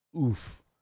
oof